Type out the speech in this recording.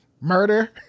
murder